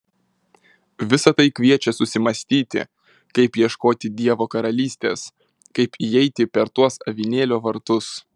visa tai kviečia susimąstyti kaip ieškoti dievo karalystės kaip įeiti per tuos avinėlio vartus